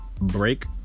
break